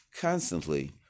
constantly